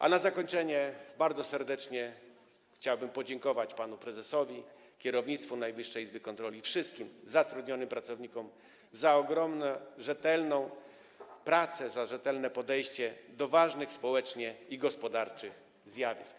A na zakończenie bardzo serdecznie chciałbym podziękować panu prezesowi, kierownictwu Najwyższej Izby Kontroli i wszystkim zatrudnionym pracownikom za ogromną, rzetelną pracę, za rzetelne podejście do ważnych społecznych i gospodarczych zjawisk.